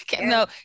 no